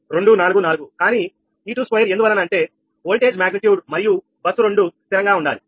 05244 కానీ e22 ఎందువలన అంటే ఓల్డ్ ఏజ్ మాగ్నిట్యూడ్ మరియు బస్సు 2 స్థిరంగా ఉండాలి